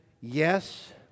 yes